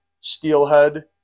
steelhead